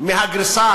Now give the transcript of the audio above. מהגרסה